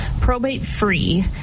probate-free